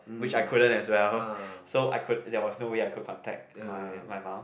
which I couldn't as well so I could there was no way I could contact my my mum